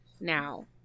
Now